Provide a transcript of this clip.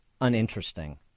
Uninteresting